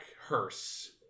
hearse